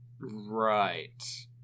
right